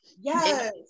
yes